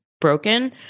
broken